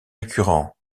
récurrents